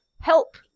Help